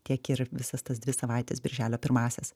tiek ir visas tas dvi savaites birželio pirmąsias